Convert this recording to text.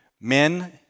Men